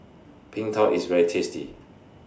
Png Tao IS very tasty